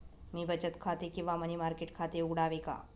मी बचत खाते किंवा मनी मार्केट खाते उघडावे का?